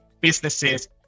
Businesses